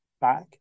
back